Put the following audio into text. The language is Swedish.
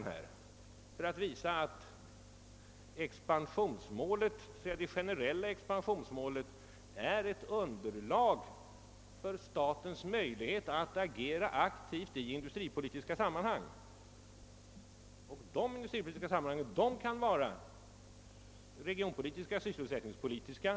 Jag tog upp den frågan för att visa att det generella expansionsmålet är ett underlag för statens möjligheter att agera aktivt i industripolitiska sammanhang. Syftet kan vara av regionspolitisk eller sysselsättningspolitisk art.